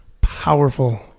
powerful